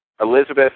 Elizabeth